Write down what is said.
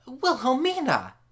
Wilhelmina